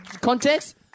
context